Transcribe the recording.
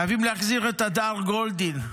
חייבים להחזיר את הדר גולדין,